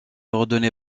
ordonné